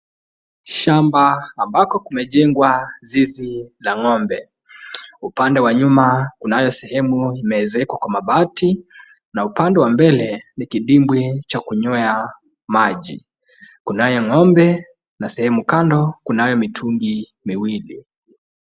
Shamba ambako kumejengwa zizi la ng'ombe , upande wa nyuma kunayo sehemu imewezkwa kwa mabati na upande wa mbele ni kidimbwi cha kunyea maji, kunaye ng'ombe na sehemu kando kunaye mitungi miwili.